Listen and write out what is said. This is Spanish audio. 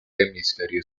hemisferio